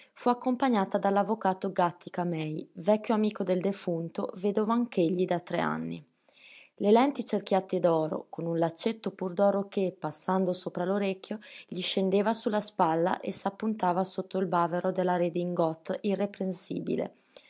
fu accompagnata dall'avvocato gàttica-mei vecchio amico del defunto vedovo anch'egli da tre anni le lenti cerchiate d'oro con un laccetto pur d'oro che passando sopra l'orecchio gli scendeva su la spalla e s'appuntava sotto il bavero della redingote irreprensibile